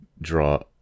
draw